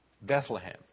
Bethlehem